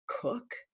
cook